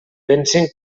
pensen